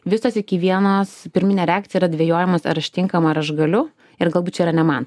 visos iki vienos pirminė reakcija yra dvejojimas ar aš tinkama ar aš galiu ir galbūt čia yra ne man